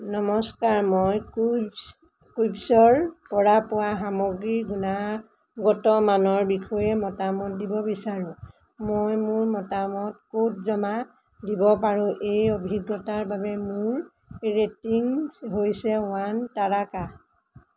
নমস্কাৰ মই কুইভছ কুইভছৰ পৰা পোৱা সামগ্ৰীৰ গুণাগত মানৰ বিষয়ে মতামত দিব বিচাৰোঁ মই মোৰ মতামত ক'ত জমা দিব পাৰোঁ এই অভিজ্ঞতাৰ বাবে মোৰ ৰেটিং হৈছে ওৱান তাৰকা